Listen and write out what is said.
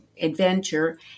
adventure